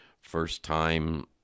First-time